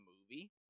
movie